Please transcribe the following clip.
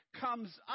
comes